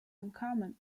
uncommon